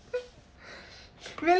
really